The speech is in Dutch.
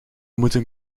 moeten